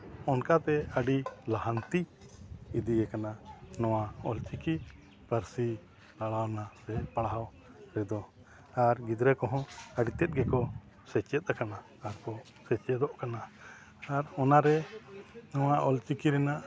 ᱚᱱᱠᱟᱛᱮ ᱟᱹᱰᱤ ᱞᱟᱦᱟᱱᱛᱤ ᱤᱫᱤ ᱟᱠᱟᱱᱟ ᱱᱚᱣᱟ ᱚᱞ ᱪᱤᱠᱤ ᱯᱟᱹᱨᱥᱤ ᱞᱟᱲᱟᱣᱟᱱᱟ ᱥᱮ ᱯᱟᱲᱦᱟᱣ ᱨᱮᱫᱚ ᱟᱨ ᱜᱤᱫᱽᱨᱟᱹ ᱠᱚ ᱦᱚᱸ ᱟᱹᱰᱤ ᱛᱮᱫ ᱠᱚ ᱥᱮᱪᱮᱫ ᱟᱠᱟᱱᱟ ᱟᱨ ᱠᱚ ᱥᱮᱪᱮᱫᱚᱜ ᱠᱟᱱᱟ ᱟᱨ ᱚᱱᱟ ᱨᱮ ᱱᱚᱣᱟ ᱚᱞ ᱪᱤᱠᱤ ᱨᱮᱱᱟᱜ